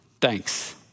Thanks